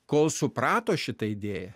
kol suprato šitą idėją